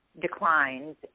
declines